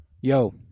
Yo